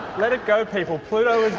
let it go, people! pluto is